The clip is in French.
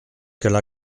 qu’elle